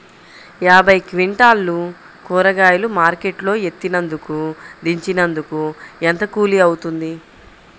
యాభై క్వింటాలు కూరగాయలు మార్కెట్ లో ఎత్తినందుకు, దించినందుకు ఏంత కూలి అవుతుంది?